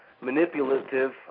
Manipulative